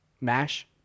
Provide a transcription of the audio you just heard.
Mash